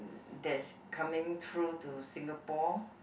there's coming through to Singapore